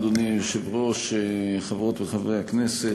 אדוני היושב-ראש, תודה רבה, חברות וחברי הכנסת,